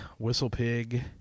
Whistlepig